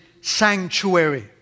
sanctuary